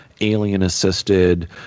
alien-assisted